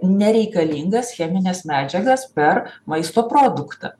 nereikalingas chemines medžiagas per maisto produktą